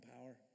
power